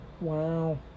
wow